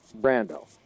Brando